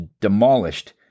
demolished